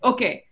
Okay